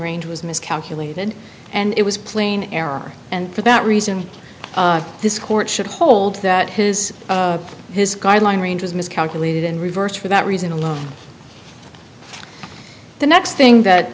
range was miscalculated and it was plain error and for that reason this court should hold that his his guideline range was miscalculated and reversed for that reason alone the next thing that